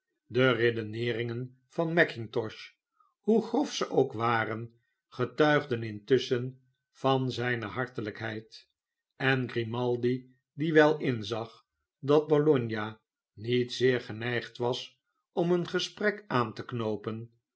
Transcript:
de redeneeringen van mackintosh hoe grof ze ook waren getuigden intusschen van zijne hartelijkheid en grimaldi die wel inzag dat bologna niet zeer geneigd was om een gesprek aan te knoopen